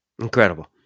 Incredible